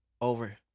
over